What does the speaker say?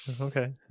Okay